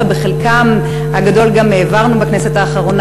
ואת חלקם הגדול גם העברנו בכנסת האחרונה.